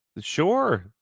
Sure